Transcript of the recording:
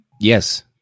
Yes